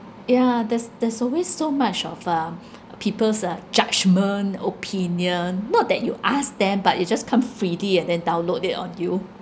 yeah there's there's always so much of um people's uh judgement opinion not that you ask them but they just come freely and then download it on you